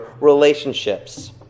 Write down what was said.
relationships